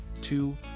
two